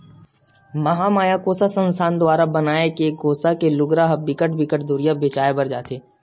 महमाया कोसा संस्था दुवारा बनाए गे कोसा के लुगरा ह बिकट बिकट दुरिहा बेचाय बर जाथे